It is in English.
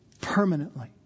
permanently